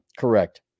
Correct